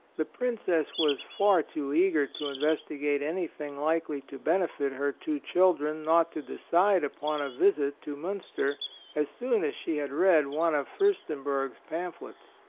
the princess was far too eager to investigate anything likely to benefit her two children not to decide upon a visit to minister as soon as she had read one of fiirstenberg's pamphlets.